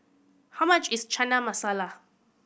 how much is Chana Masala